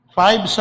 five